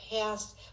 past